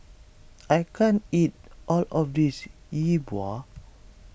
I can't eat all of this Yi Bua